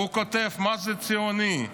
כותב מה זה ציוני: